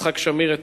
יצחק שמיר את